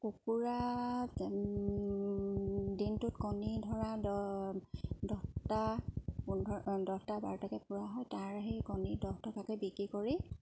কুকুৰা দিনটোত কণী ধৰা দহ দহটা পোন্ধৰ দহটা বাৰটাকে পোৱা হয় তাৰে সেই কণী দহ টকাকৈ বিক্ৰী কৰি